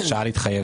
הרשאה להתחייב